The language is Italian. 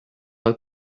dal